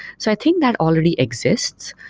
so i think that already exists.